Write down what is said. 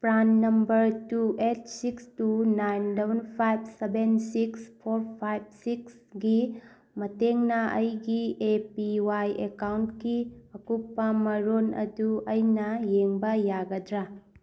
PRAN number two eight six two nine double five seven six four five six ꯒꯤ ꯃꯇꯦꯡꯅ ꯑꯩꯒꯤ A P Y ꯑꯦꯀꯥꯎꯟꯀꯤ ꯑꯀꯨꯞꯄ ꯃꯔꯣꯜ ꯑꯗꯨ ꯑꯩꯅ ꯌꯦꯡꯕ ꯌꯥꯒꯗ꯭ꯔꯥ